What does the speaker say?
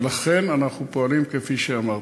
ולכן אנחנו פועלים כפי שאמרתי.